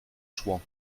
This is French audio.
chouans